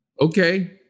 okay